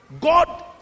god